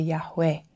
Yahweh